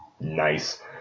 Nice